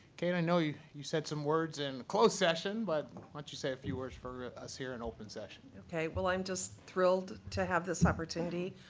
kate, i know you you said some words in closed session. but you say a few words for us here in open session? ok, well, i'm just thrilled to have this opportunity.